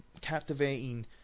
captivating